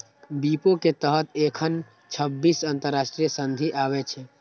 विपो के तहत एखन छब्बीस अंतरराष्ट्रीय संधि आबै छै